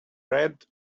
red